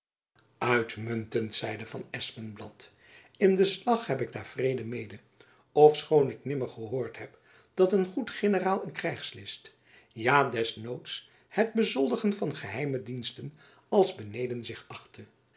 uitmuntend zeide van espenblad in den slag heb ik daar vrede mede ofschoon ik nimmer gehoord heb dat een goed generaal een krijgslist ja des noods het bezoldigen van geheime diensten als beneden zich achtte